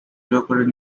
located